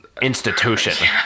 institution